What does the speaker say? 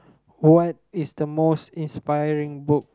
what is the most inspiring book